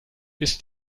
ist